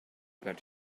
but